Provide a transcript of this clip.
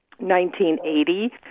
1980